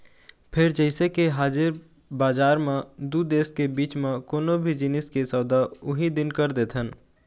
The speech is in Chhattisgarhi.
फेर जइसे के हाजिर बजार म दू देश के बीच म कोनो भी जिनिस के सौदा उहीं दिन कर देथन